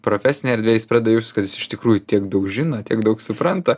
profesinė erdvė jis pradeda jaustis kad jis iš tikrųjų tiek daug žino tiek daug supranta